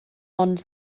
ond